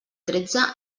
tretze